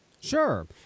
Sure